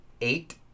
eight